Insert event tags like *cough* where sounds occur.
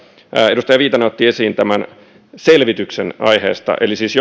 edustaja viitanen otti esiin tämän selvityksen aiheesta eli siis *unintelligible*